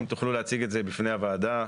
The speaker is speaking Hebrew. אם תוכלו להציג את זה בפני הוועדה.